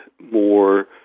more